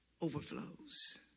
overflows